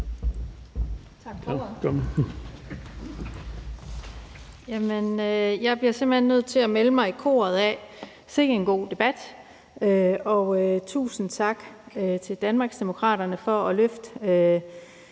Tak for ordet.